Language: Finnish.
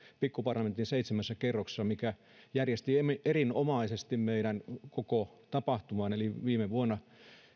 pikkuparlamentin seitsemännessä kerroksessa ja se järjesti erinomaisesti meidän koko tapahtuman eli viime vuonna